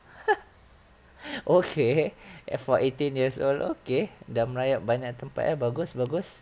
okay eh for eighteen years old okay dah merayap banyak tempat ah bagus bagus